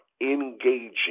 engaging